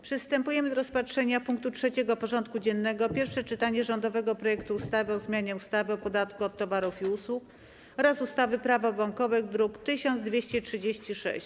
Przystępujemy do rozpatrzenia punktu 3. porządku dziennego: Pierwsze czytanie rządowego projektu ustawy o zmianie ustawy o podatku od towarów i usług oraz ustawy - Prawo bankowe (druk nr 1236)